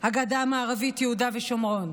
הגדה המערבית, יהודה ושומרון.